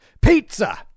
Pizza